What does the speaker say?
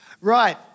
Right